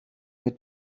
mit